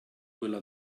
quella